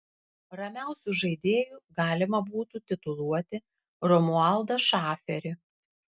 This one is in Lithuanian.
ramiausiu žaidėju galima būtų tituluoti romualdą šaferį